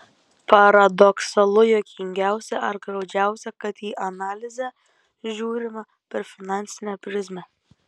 paradoksalu juokingiausia ar graudžiausia kad į analizę žiūrima per finansinę prizmę